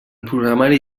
programari